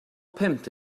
pimped